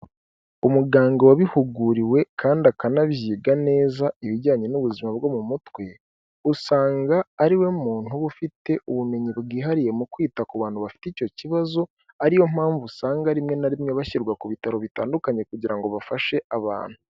Umuganga wabihuguriwe kandi akanabyiga neza ibijyanye n'ubuzima bwo mu mutwe usanga ariwe muntu uba ufite ubumenyi bwihariye mu kwita ku bantu bafite icyo kibazo ariyo mpamvu usanga rimwe na rimwe bashyirwa ku bitaro bitandukanye kugira ngo bafashe abantu.